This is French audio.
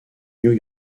new